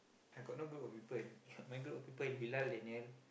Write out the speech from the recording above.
I got no group of people my group of people we rely on Daniel